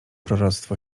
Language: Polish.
proroctwo